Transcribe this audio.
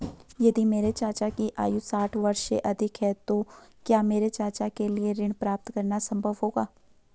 यदि मेरे चाचा की आयु साठ वर्ष से अधिक है तो क्या मेरे चाचा के लिए ऋण प्राप्त करना संभव होगा?